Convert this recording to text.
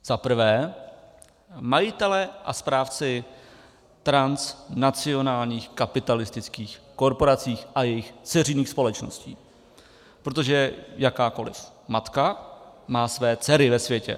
Za prvé majitelé a správci transnacionálních kapitalistických korporací a jejich dceřiných společností, protože jakákoliv matka má své dcery ve světě.